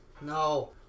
no